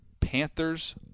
Panthers